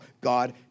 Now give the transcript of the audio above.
God